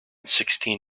sixteen